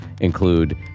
include